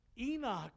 Enoch